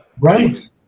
Right